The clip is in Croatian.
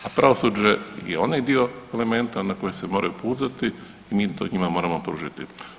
A pravosuđe je onaj dio elementa na koje se moraju pouzdati i mi to njima moramo pružiti.